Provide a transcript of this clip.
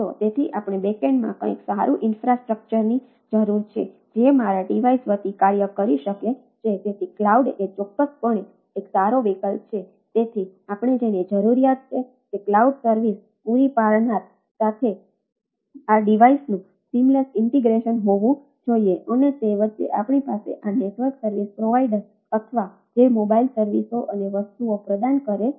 તેથી આપણે બૅક એન્ડમાં કંઈક સારું ઇન્ફ્રાસ્ટ્રક્ચરની હોવું જોઈએ અને તે વચ્ચે આપણી પાસે આ નેટવર્ક સર્વિસ પ્રોવાઇડર અથવા જે મોબાઇલ સર્વિસો અને વસ્તુઓ પ્રદાન કરે છે